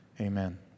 amen